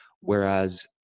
Whereas